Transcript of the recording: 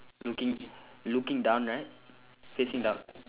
looking looking down right facing down